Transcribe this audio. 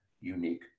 unique